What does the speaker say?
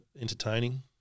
entertaining